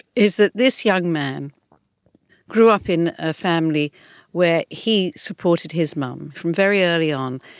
is that this young man grew up in a family where he supported his mum from very early on.